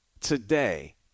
Today